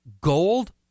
gold